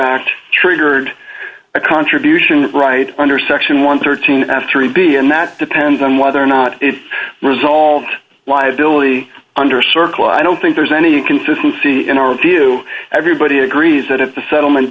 act triggered a contribution right under section one hundred and thirteen after a b and that depends on whether or not it resolved liability under circle i don't think there's any consistency in our view everybody agrees that if the settlement